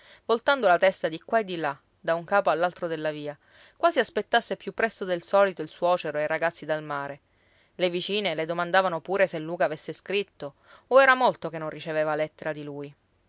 voltando la testa di qua e di là da un capo all'altro della via quasi aspettasse più presto del solito il suocero e i ragazzi dal mare le vicine le domandavano pure se luca avesse scritto o era molto che non riceveva lettera di lui